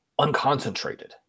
unconcentrated